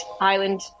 island